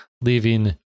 leaving